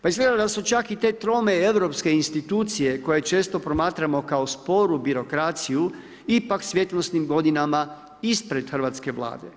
Pa izgleda da su čak i te trome europske institucije koje često promatramo kao sporu birokraciju ipak svjetlosnim godinama ispred hrvatske Vlade.